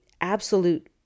absolute